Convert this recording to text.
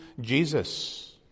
Jesus